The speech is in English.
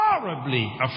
horribly